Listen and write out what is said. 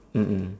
mmhmm